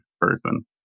person